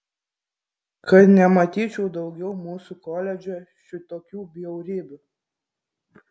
kad nematyčiau daugiau mūsų koledže šitokių bjaurybių